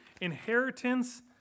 Inheritance